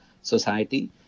society